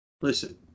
listen